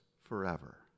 forever